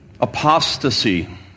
Apostasy